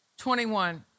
21